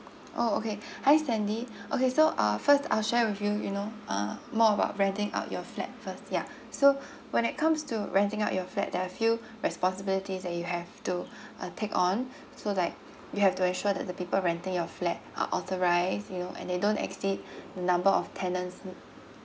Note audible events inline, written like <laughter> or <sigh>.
oh okay <breath> hi sandy <breath> okay so uh first I'll share with you you know uh more about renting out your flat first yeah so <breath> when it comes to renting out your flat there are few responsibilities that you have to <breath> uh take on so like you have to ensure that the people renting your flat are authorized you know and they don't exceed <breath> the number of tenants mm